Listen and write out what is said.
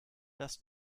das